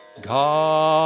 God